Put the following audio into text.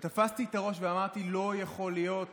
ותפסתי את הראש ואמרתי, לא יכול להיות